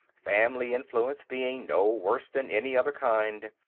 family influence being no worse than any other kind.